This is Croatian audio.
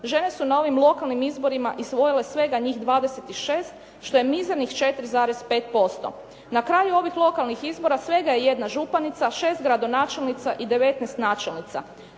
žene su na ovim lokalnim izborima osvojile svega njih 26 što je mizernih 4,5%. Na kraju ovih lokalnih izbora svega je jedna županica, 6 gradonačelnica i 19 načelnica.